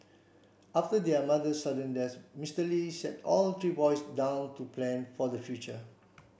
after their mother's sudden death Mister Li sat all three boys down to plan for the future